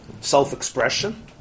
Self-expression